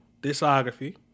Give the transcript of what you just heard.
discography